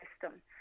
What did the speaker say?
system